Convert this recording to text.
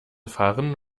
fahren